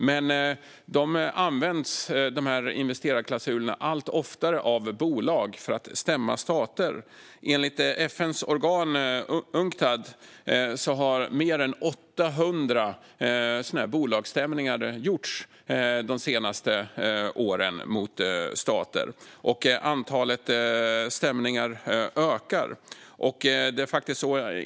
Men investerarklausulerna används allt oftare av bolag för att stämma stater. Enligt FN:s organ Unctad har mer än 800 bolagsstämningar gjorts de senaste åren mot stater, och antalet stämningar ökar.